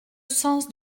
sens